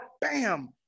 bam